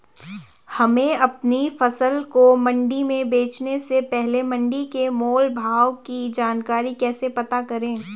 हमें अपनी फसल को मंडी में बेचने से पहले मंडी के मोल भाव की जानकारी कैसे पता करें?